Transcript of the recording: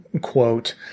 quote